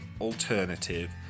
alternative